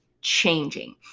changing